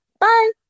Bye